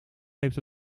heeft